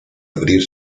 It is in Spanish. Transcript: abrir